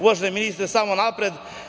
Uvaženi ministre samo napred.